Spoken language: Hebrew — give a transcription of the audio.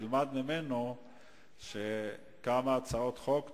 תלמד ממנו כמה הצעות חוק טובות.